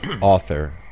author